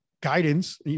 guidance